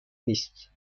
نیست